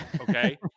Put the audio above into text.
Okay